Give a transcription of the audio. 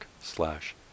slash